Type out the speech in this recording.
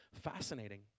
fascinating